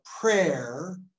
prayer